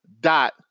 dot